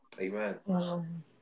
Amen